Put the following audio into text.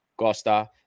gosta